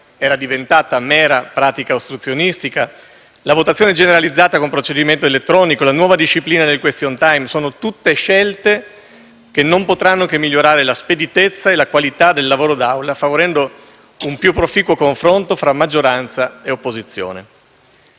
era diventata mera pratica ostruzionistica, la votazione generalizzata con procedimento elettronico, la nuova disciplina del *question time*, sono tutte scelte che non potranno che migliorare la speditezza e la qualità del lavoro di Aula, favorendo un più proficuo confronto fra maggioranza e opposizione.